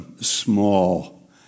small